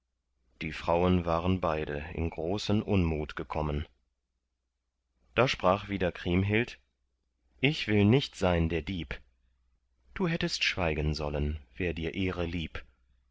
die frauen waren beide in großen unmut gekommen da sprach wieder kriemhild ich will nicht sein der dieb du hättest schweigen sollen wär dir ehre lieb